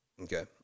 Okay